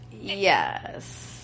yes